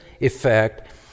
effect